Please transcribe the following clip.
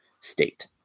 state